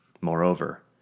Moreover